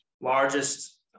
largest